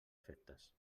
efectes